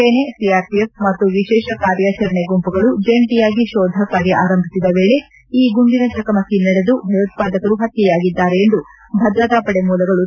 ಸೇನೆ ಸಿಆರ್ಪಿಎಫ್ ಮತ್ತು ವಿಶೇಷ ಕಾರ್ಯಾಚರಣೆ ಗುಂಪುಗಳು ಜಂಟಿಯಾಗಿ ಶೋಧ ಕಾರ್ಯ ಆರಂಭಿಸಿದ ವೇಳೆ ಈ ಗುಂಡಿನ ಚಕಮಕಿ ನಡೆದು ಭಯೋತ್ವಾದಕ ಪತ್ಯೆಯಾಗಿದ್ದಾನೆ ಎಂದು ಭದ್ರತಾ ಪಡೆ ಮೂಲಗಳು ತಿಳಿಸಿವೆ